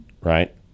Right